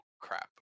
crap